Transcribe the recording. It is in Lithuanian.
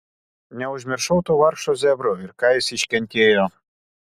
neužmiršau to vargšo zebro ir ką jis iškentėjo